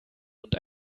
und